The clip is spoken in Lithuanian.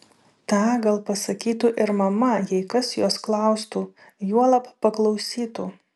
tą gal pasakytų ir mama jei kas jos klaustų juolab paklausytų